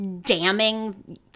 damning